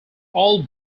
all